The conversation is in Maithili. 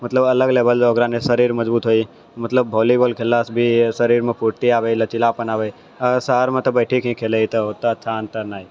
मतलब अलग लेवल ओकरा नहि शरीर मजबूत होय मतलब वोल्लीबॉल खेलला से भी शरीर मे फुर्ती आबै लचीलापन आबै शहर मे तऽ बैठी कऽ खेलय तऽ ओतऽ तऽ नहि